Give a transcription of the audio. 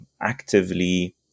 actively